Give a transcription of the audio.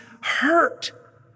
hurt